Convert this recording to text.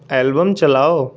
album चलाओ